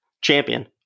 champion